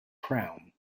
crown